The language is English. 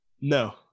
No